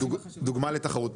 בסדר, דוגמה לתחרות.